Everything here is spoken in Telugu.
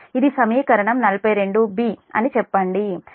ఇది సమీకరణం 42 బి అని చెప్పండి